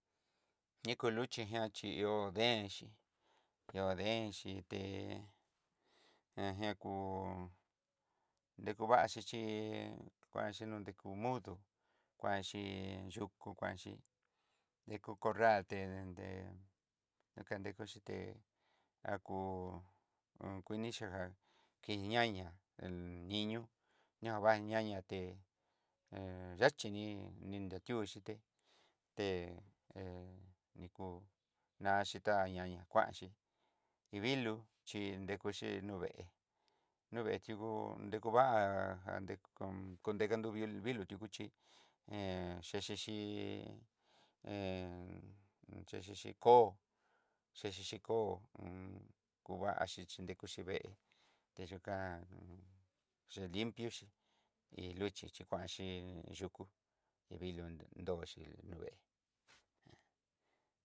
Ñi'a kuluxhí jan xhi ihó deen xhí ihó deen xhí té ihá jián kú, dekuvá'a xhichí kuaxhí dikú mudú kuanxi yukú kuanxí dekú corral té té nakankú xhíte kuini ján kiñaña el niño, ña va ñaña té yaxhí ni, ni nrati'ó xhité té té nikú naxhí tá'a ñañakuaxí, tí vilú chí nrekuxhí nuvee, nuvee ti'ó nrekú va'a arekú konrekanró vilú tikuxhí, xhexexhí koó xhexexhí koó kuvaxí chí nrekuxí vee teyukan chelimpio xhí, iluxhí xhí kuanxhi kuyú, y vilú nroxi vée.